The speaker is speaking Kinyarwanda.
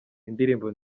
indirimbo